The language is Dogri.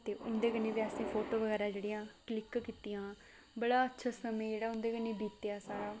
ते उं'दे कन्ने बी असें फोटो बगेरा जेहड़ियां क्लिक कीतियां बड़ा अच्छा समें जेह्ड़ा उं'दे कन्ने बीतेआ साढ़ा